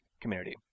community